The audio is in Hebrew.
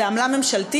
זה עמלה ממשלתית?